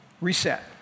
Reset